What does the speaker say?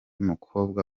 mukobwa